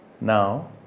Now